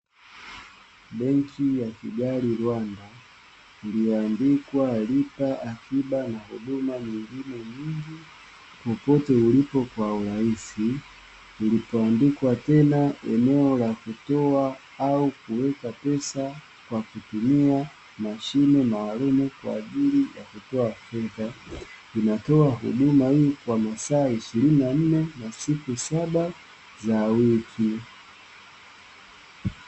Benki ya kigali rwanda, iliyoandikwa luka akiba na huduma nyingine nyingi popote ulipo kwa urahisi, ulipoandikwa tena eneo la kutoa au kuweka pesa kwa kutumia mashine maalum kwa ajili ya kutoa fursa, inatoa huduma hii kwa masaa 24 na siku saba za wiki.